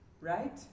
right